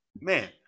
man